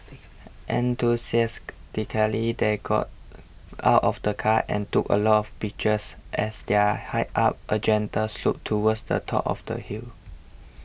they got out of the car and took a lot of pictures as their hiked up a gentle slope towards the top of the hill